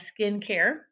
skincare